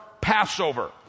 Passover